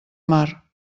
mar